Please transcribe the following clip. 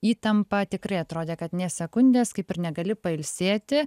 įtampą tikrai atrodė kad nė sekundės kaip ir negali pailsėti